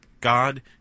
God